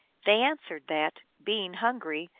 they answered that, being hungry,